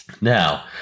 Now